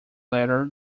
letter